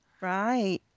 Right